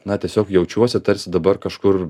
na tiesiog jaučiuosi tarsi dabar kažkur